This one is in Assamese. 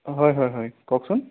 হয় হয় হয় কওকচোন